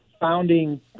founding